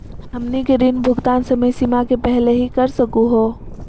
हमनी के ऋण भुगतान समय सीमा के पहलही कर सकू हो?